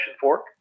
fork